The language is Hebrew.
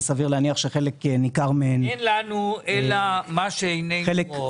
וסביר להניח שחלק ניכר מהן --- אין לנו אלא מה שעינינו רואות,